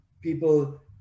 people